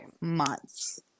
months